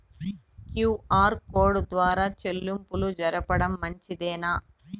QR code ద్వారా చెల్లింపులు జరపడం మంచిదేనా?